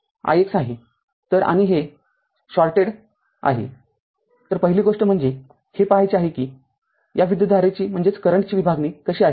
तरआणि हे शॉर्टेड आहे तर पहिली गोष्ट म्हणजे हे पाहायचे आहे कि या विद्युतधारेची विभागणी कशी आहे